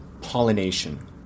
pollination